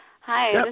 Hi